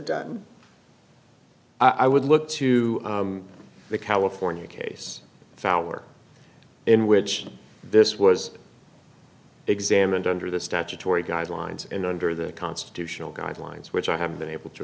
done i would look to the california case if our in which this was examined under the statutory guidelines and under the constitutional guidelines which i haven't been able to